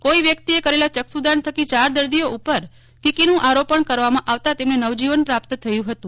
કોઈવ્યક્તિએ કરેલા ચક્ષુદાન થકી ચાર દ્રદીઓ ઉપર કીકીનું આરોપણ કરવામાંઆવતાતેમને નવજીવન પ્રાપ્ત થયું હતું